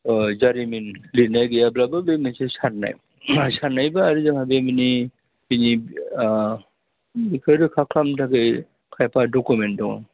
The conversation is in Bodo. औ जारिमिन लिरनाय गैयाब्लाबो बे मोनसे साननाय साननायबो आरो जोंहा बे माने बेनि बेफोर रोखा खालामनो थाखाय खायफा दखुमेन्ट दङ